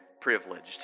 privileged